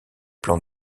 plan